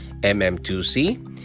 mm2c